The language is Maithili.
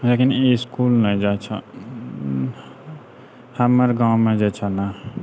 लेकिन इसकुल नहि जाइ छौ हमर गाँवमे जे छौ ने